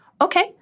Okay